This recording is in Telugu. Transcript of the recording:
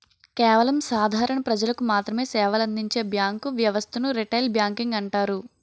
కేవలం సాధారణ ప్రజలకు మాత్రమె సేవలందించే బ్యాంకు వ్యవస్థను రిటైల్ బ్యాంకింగ్ అంటారు